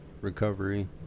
recovery